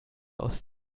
aus